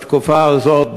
בתקופה הזאת,